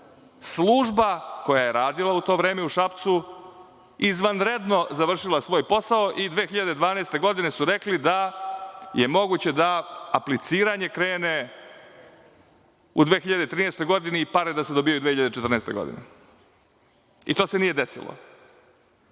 služba koja je radila u to vreme u Šapcu, izvanredno završila svoj posao i 2012. godine su rekli da je moguće da apliciranje krene u 2013. godini i pare da se dobijaju u 2014. godini, i to se nije desilo.